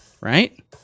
right